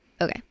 okay